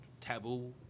taboo